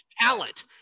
talent